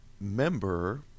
member